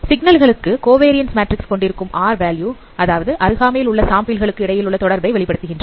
signal களுக்கு covariance matrix கொண்டிருக்கும் r value அதாவது அருகாமையில் உள்ள சாம்பிளுக்கு இடையிலுள்ள தொடர்பை வெளிப்படுத்துகின்றன